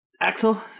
axel